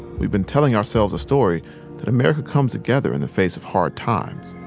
we'd been telling ourselves a story that america comes together in the face of hard times.